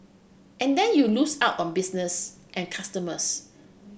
and then you lose out on business and customers